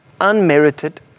unmerited